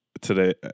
today